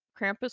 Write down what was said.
krampus